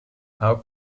how